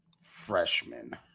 freshman